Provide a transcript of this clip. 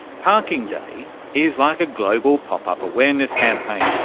parking day is like a global pop-up awareness campaign,